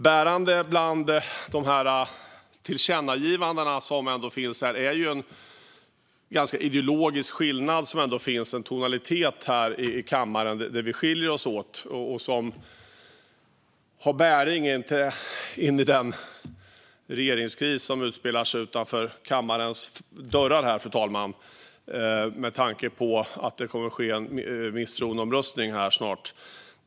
Bärande bland de tillkännagivanden som finns här är en ideologisk skillnad och en tonalitet här i kammaren där vi skiljer oss åt. Det har bäring i den regeringskris som utspelar sig här utanför kammarens dörrar, fru talman, med tanke på att det snart kommer att hållas en misstroendeomröstning.